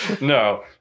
No